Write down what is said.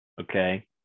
okay